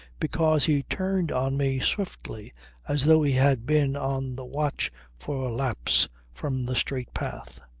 because he turned on me swiftly as though he had been on the watch for a lapse from the straight path.